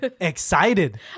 excited